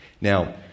Now